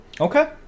Okay